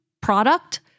product